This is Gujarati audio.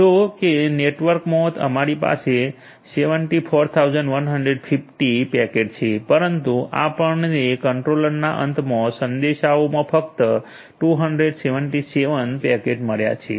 જો કે નેટવર્કમાં અમારી પાસે 74150 ચુંમોતેર હજાર એકસો પચાસ પેકેટ છે પરંતુ આપણને કંટ્રોલરના અંતમાં સંદેશાઓમાં ફક્ત 277 બસ્સો સિત્યોતેર પેકેટ મળ્યાં છે